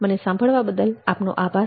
મને સાંભળવા બદલ આભાર